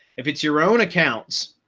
if it's your own accounts,